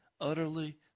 utterly